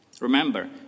Remember